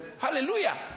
Hallelujah